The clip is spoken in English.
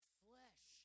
flesh